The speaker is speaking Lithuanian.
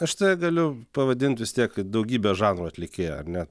aš tave galiu pavadint vis tiek daugybės žanrų atlikėja ar ne